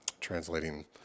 translating